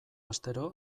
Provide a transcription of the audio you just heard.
astero